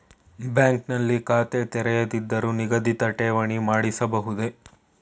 Bank ನಲ್ಲಿ ಖಾತೆ ತೆರೆಯದಿದ್ದರೂ ನಿಗದಿತ ಠೇವಣಿ ಮಾಡಿಸಬಹುದೇ?